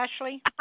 Ashley